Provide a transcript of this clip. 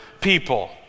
people